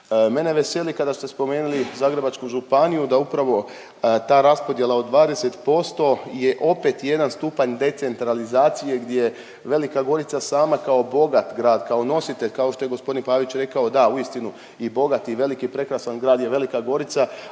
Mene veseli kada ste spomenuli Zagrebačku županiju da upravo ta raspodjela od 20% je opet jedan stupanj decentralizacije gdje Velika Gorica sama kao bogat grad, kao nositelj, kao što je g. Pavić rekao, da, uistinu i bogat i velik i prekrasan grad je Velika Gorica,